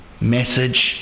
message